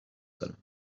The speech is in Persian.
دارم